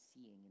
seeing